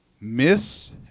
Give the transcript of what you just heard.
miss